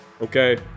Okay